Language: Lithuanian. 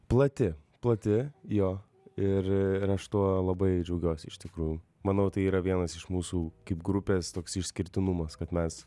plati plati jo ir ir aš tuo labai džiaugiuosi iš tikrųjų manau tai yra vienas iš mūsų kaip grupės toks išskirtinumas kad mes